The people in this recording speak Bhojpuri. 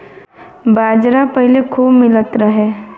बाजरा पहिले खूबे मिलत रहे